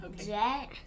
Okay